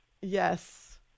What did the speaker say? Yes